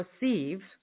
receive